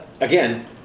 again